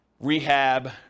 rehab